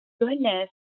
goodness